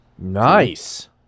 Nice